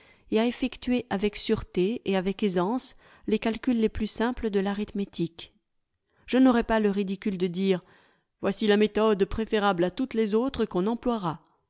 et à effectuer avec sûreté et avec aisance les calculs les plus simples de l'arithmétique je n'aurai pas le ridicule de dire voici la méthode préférable à toutes les autres qu'on emploiera